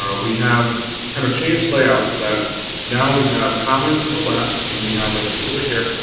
ah we have kind of changed layouts so that now we have comments on the left and then we have a specific area